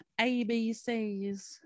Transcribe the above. ABCs